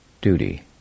duty